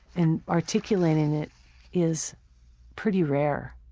and articulating it is pretty rare.